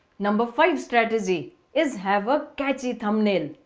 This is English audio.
number five strategy is have a catchy thumbnail.